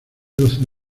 doce